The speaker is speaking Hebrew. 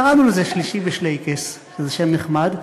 קראנו לזה "שלישי בשלייקעס", שזה שם נחמד,